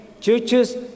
churches